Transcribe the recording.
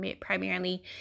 primarily